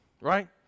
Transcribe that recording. right